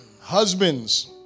Husbands